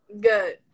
Good